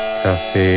cafe